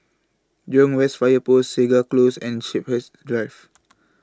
Jurong West Fire Post Segar Close and Shepherds Drive